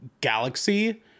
galaxy